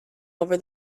over